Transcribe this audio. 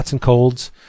colds